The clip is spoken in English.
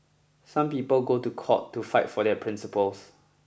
some people go to court to fight for their principles